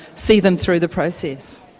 see them through the process.